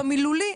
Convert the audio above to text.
במילולי,